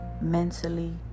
Mentally